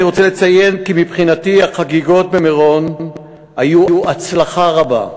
אני רוצה לציין כי מבחינתי החגיגות במירון היו הצלחה רבה.